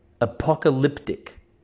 apocalyptic